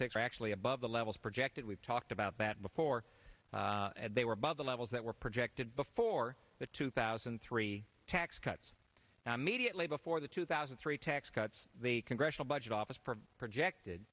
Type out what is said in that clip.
are actually above the levels projected we've talked about that before they were above the levels that were projected before the two thousand and three tax cuts and immediately before the two thousand and three tax cuts the congressional budget office for projected